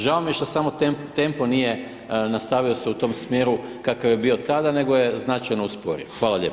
Žao mi je što samo tempo nije nastavio se u tom smjeru kakav je bio tada nego je značajno usporio.